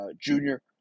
Junior